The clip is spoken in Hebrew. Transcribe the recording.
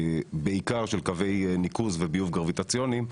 בעיקר של קווי ניקוז וביוב גרביטציוניים,